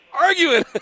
arguing